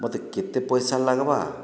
ମୋତେ କେତେ ପଇସା ଲାଗ୍ବା